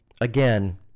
again